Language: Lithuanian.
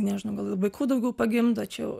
nežinau gal ir vaikų daugiau pagimdo čia jau